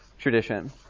tradition